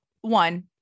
one